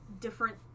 different